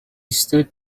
stood